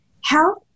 Health